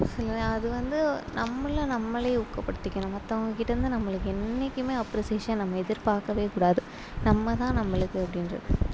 அது வந்து நம்மளை நம்மளே ஊக்க படுத்திக்கணும் மற்றவங்க கிட்ட இருந்து நம்மளுக்கு என்னைக்குமே அப்ரிசியேஷன் நம்ம எதிர்பார்க்கவே கூடாது நம்ம தான் நம்மளுக்கு அப்படின்றது